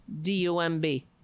D-U-M-B